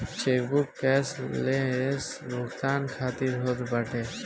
chequebook cashless भुगतान खातिर होत बाटे